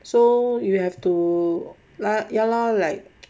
so you have to lah ya lah like